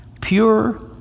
pure